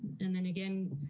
and then again,